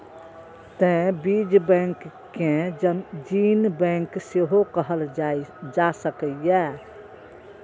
तें बीज बैंक कें जीन बैंक सेहो कहल जा सकैए